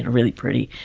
really pretty.